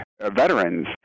Veterans